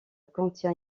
contient